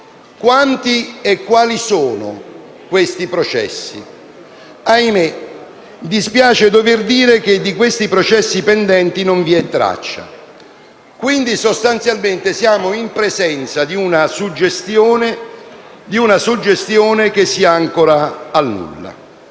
Quanti e quali sono questi processi? Ahimè, dispiace dover dire che non vi è traccia di questi processi pendenti. Quindi, sostanzialmente, siamo in presenza di una suggestione che si ancora al nulla.